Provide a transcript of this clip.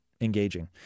engaging